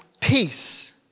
peace